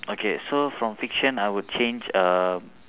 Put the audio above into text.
okay so from fiction I would change uh